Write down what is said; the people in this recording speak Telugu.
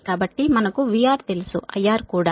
కాబట్టి మనకు VR తెలుసు IR కూడా